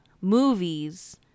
movies